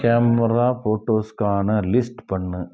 camera ஃபோடோஸ்க்கான list பண்ணு